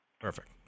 Perfect